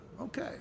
okay